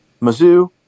Mizzou